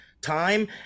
time